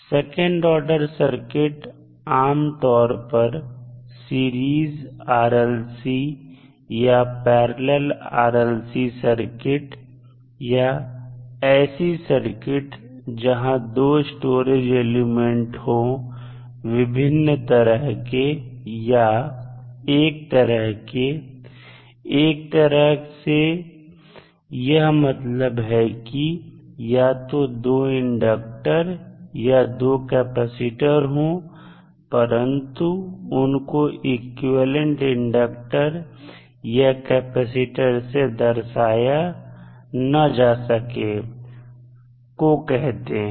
second order circuit आमतौर पर series RLC circuit या पैरलल RLC सर्किट या ऐसी सर्किट जहां दो स्टोरेज एलिमेंट हो विभिन्न तरह के या एक तरह के एक तरह के से यह मतलब है कि या तो दो इंडक्टर या दो कैपेसिटर हो परंतु उनको इक्विवेलेंट इंडक्टर या कैपेसिटर से दर्शाया ना जा सके को कहते हैं